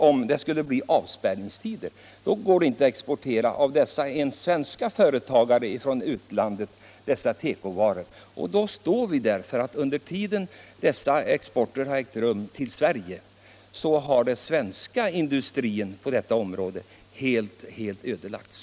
Om det skulle bli avspärrningstider kan vi inte importera ens vad dessa svenska företagare i utlandet har att sälja, och då står vi där, för under tiden har den svenska industrin i denna bransch helt ödelagts.